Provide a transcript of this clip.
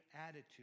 attitude